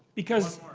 because.